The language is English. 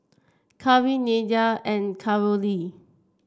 Cari Nedra and Carolee